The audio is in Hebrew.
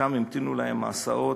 ושם המתינו להם ההסעות,